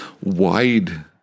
wide